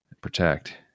protect